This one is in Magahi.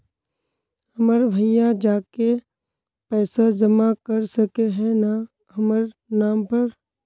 हमर भैया जाके पैसा जमा कर सके है न हमर नाम पर?